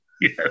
Yes